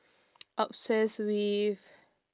obsess with